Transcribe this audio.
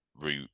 route